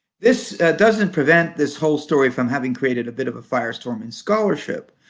this doesn't prevent this whole story from having created a bit of a firestorm in scholarship.